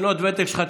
עם שנות הוותק שלך,